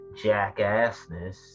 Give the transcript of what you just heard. jackassness